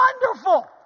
wonderful